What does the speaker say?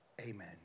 amen